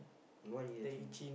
what do you think